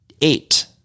eight